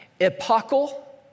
epochal